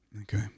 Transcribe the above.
Okay